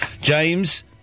James